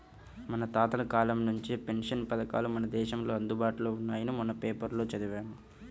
మన తాతల కాలం నుంచే పెన్షన్ పథకాలు మన దేశంలో అందుబాటులో ఉన్నాయని మొన్న పేపర్లో చదివాను